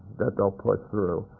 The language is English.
that they'll push through.